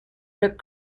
rip